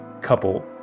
couple